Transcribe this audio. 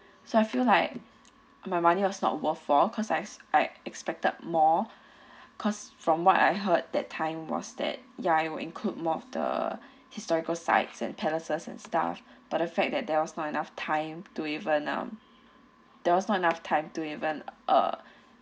so I feel like my money was not worth for cause I I expected more cause from what I heard that time was that ya it will include more of the historical sites and palaces and stuff but the fact that there was not enough time to even um there was not enough time to even uh